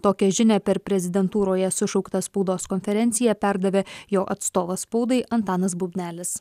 tokią žinią per prezidentūroje sušauktą spaudos konferenciją perdavė jo atstovas spaudai antanas bubnelis